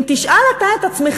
אם תשאל אתה את עצמך,